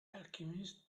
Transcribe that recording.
alchemist